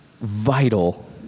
vital